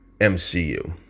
MCU